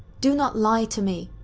do not lie to me!